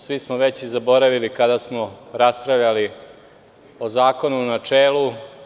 Svi smo već zaboravili kada smo raspravljali o zakonu u načelu.